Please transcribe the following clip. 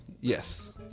Yes